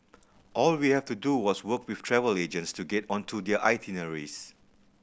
all we have to do was work with travel agents to get onto their itineraries